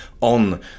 on